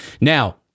Now